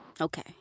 Okay